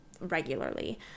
regularly